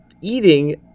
eating